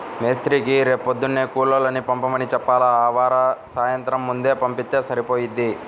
మేస్త్రీకి రేపొద్దున్నే కూలోళ్ళని పంపమని చెప్పాల, ఆవార సాయంత్రం ముందే పంపిత్తే సరిపోయిద్ది